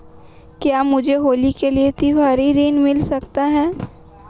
क्या मुझे होली के लिए त्यौहारी ऋण मिल सकता है?